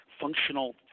functional